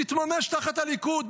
התממש תחת הליכוד,